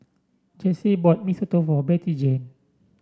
Jase bought Mee Soto for Bettyjane